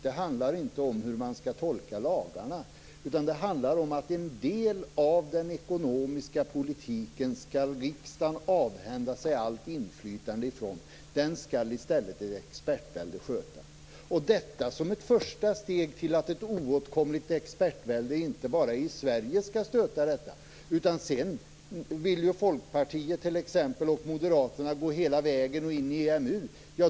Det handlar inte om hur man skall tolka lagarna. Det handlar om att riksdagen skall avhända sig allt inflytande över en del av den ekonomiska politiken. Den skall i stället ett expertvälde sköta. Och detta skall ses som ett första steg till att ett oåtkomligt expertvälde skall sköta detta inte bara i Sverige. Sedan vill ju bl.a. Folkpartiet och Moderaterna gå hela vägen in i EMU.